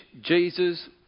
Jesus